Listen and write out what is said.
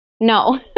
no